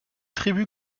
tribu